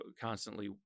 constantly